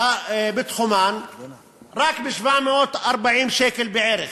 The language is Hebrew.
בתחומן רק ב-740 שקל בערך,